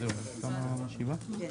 הישיבה נעולה.